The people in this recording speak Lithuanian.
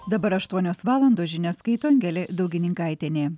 dabar aštuonios valandos žinias skaito angelė daugininkaitienė